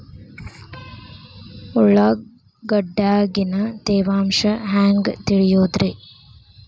ಉಳ್ಳಾಗಡ್ಯಾಗಿನ ತೇವಾಂಶ ಹ್ಯಾಂಗ್ ತಿಳಿಯೋದ್ರೇ?